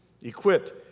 equipped